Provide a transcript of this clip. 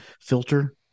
filter